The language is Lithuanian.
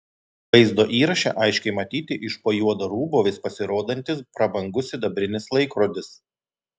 vaizdo įraše aiškiai matyti iš po juodo rūbo vis pasirodantis prabangus sidabrinis laikrodis